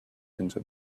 into